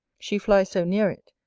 she flies so near it,